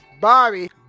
Bobby